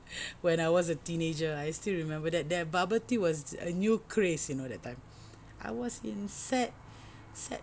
when I was a teenager I still remember that that bubble tea was a new craze you know that time I was in sec~ sec~